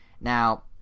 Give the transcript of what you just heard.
now